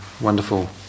wonderful